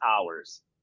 hours